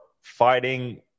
fighting